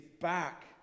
back